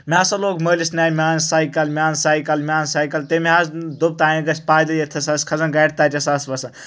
مےٚ ہسا لوٚگ مٲلس نیاے مےٚ اَن سایکَل مےٚ اَن سایکَل مےٚ اَن سایکَل تٔمۍ حظ دوٚپ تانیتھ گژھ پایدل ییٚتھس آس کھسان گاڑِ تتھس آس وَسان